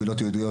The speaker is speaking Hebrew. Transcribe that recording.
קהילות יהודיות,